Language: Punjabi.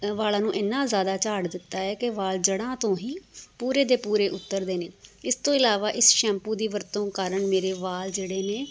ਅ ਵਾਲਾਂ ਨੂੰ ਇੰਨਾ ਜ਼ਿਆਦਾ ਝਾੜ ਦਿੱਤਾ ਹੈ ਕਿ ਵਾਲ ਜੜ੍ਹਾਂ ਤੋਂ ਹੀ ਪੂਰੇ ਦੇ ਪੂਰੇ ਉਤਰਦੇ ਨੇ ਇਸ ਤੋਂ ਇਲਾਵਾ ਇਸ ਸ਼ੈਂਪੂ ਦੀ ਵਰਤੋਂ ਕਾਰਨ ਮੇਰੇ ਵਾਲ ਜਿਹੜੇ ਨੇ